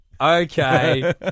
Okay